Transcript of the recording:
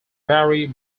barry